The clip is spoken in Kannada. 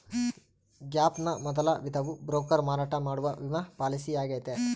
ಗ್ಯಾಪ್ ನ ಮೊದಲ ವಿಧವು ಬ್ರೋಕರ್ ಮಾರಾಟ ಮಾಡುವ ವಿಮಾ ಪಾಲಿಸಿಯಾಗೈತೆ